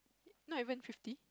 not even fifty